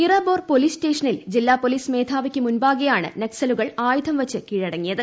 Irabor police സ്റ്റേഷനിൽ ജില്ലാ police മേധാവിക്ക് മുമ്പാകെയാണ് നക്സലുകൾ ആയ്ടൂധംവിച്ച് കീഴടങ്ങിയത്